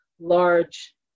large